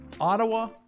Ottawa